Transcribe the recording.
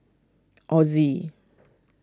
Ozi